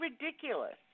ridiculous